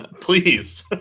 Please